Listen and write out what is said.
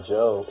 Joe